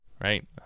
Right